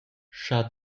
schar